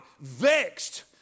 vexed